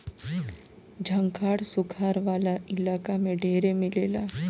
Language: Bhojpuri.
झंखाड़ सुखार वाला इलाका में ढेरे मिलेला